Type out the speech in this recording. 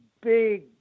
big